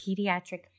Pediatric